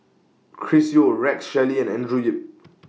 Chris Yeo Rex Shelley and Andrew Yip